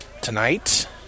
tonight